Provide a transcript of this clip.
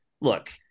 look